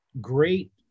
great